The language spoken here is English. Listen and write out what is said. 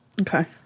Okay